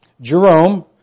Jerome